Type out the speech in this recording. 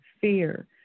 fear